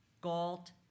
Galt